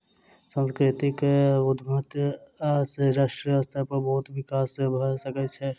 सांस्कृतिक उद्यमिता सॅ राष्ट्रीय स्तर पर बहुत विकास भ सकै छै